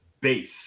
base